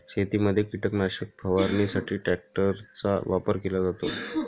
शेतीमध्ये कीटकनाशक फवारणीसाठी ट्रॅक्टरचा वापर केला जातो